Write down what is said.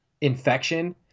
infection